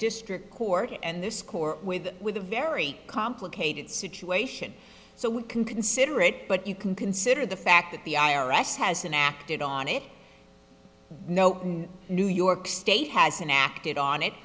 district court and this score with with a very complicated situation so we can consider it but you can consider the fact that the i r s hasn't acted on it no new york state hasn't acted on it